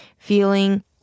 Feeling